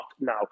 now